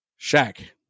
Shaq